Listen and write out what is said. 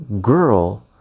girl